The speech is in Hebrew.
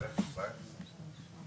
הצבעה בעד, 4 נגד,